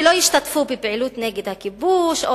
שלא ישתתפו בפעילות נגד הכיבוש או